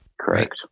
Correct